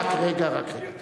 זה ברכת, רק רגע, רק רגע.